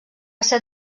ser